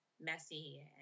Messy